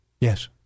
Yes